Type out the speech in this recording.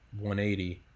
180